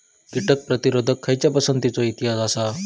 कीटक प्रतिरोधक खयच्या पसंतीचो इतिहास आसा?